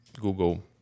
Google